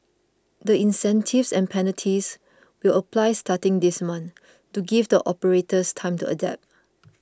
the incentives and penalties will apply starting this month to give the operators time to adapt